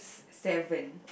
seven